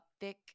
thick